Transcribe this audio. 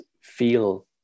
feel